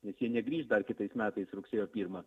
nes jie negrįš dar kitais metais rugsėjo pirmą